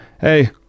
Hey